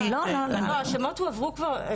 השמות הועברו כבר,